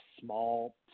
small